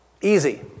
Easy